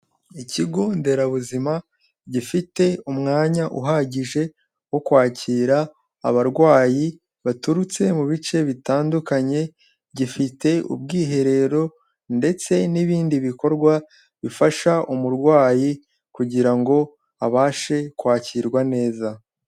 Ikigo nderabuzima gifite umwanya uhagije wo kwakira abarwayi baturutse mu bice bitandukanye, gifite ubwiherero ndetse n'ibindi bikorwa bifasha umurwayi kugira ngo abashe kwakirwa neza.